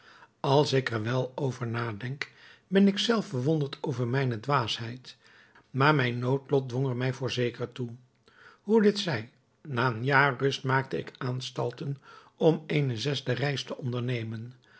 als ik er wel over nadenk ben ik zelf verwonderd over mijne dwaasheid maar mijn noodlot dwong er mij voorzeker toe hoe dit zij na een jaar rust maakte ik aanstalten om eene zesde reis te ondernemen